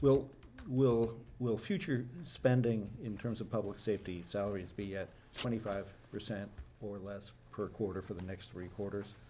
will will will future spending in terms of public safety salaries be at twenty five percent or less per quarter for the next three quarters